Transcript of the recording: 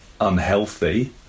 unhealthy